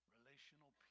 Relational